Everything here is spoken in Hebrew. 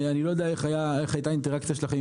לא יודע איך היתה האינטראקציה שלכם עם